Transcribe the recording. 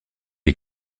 est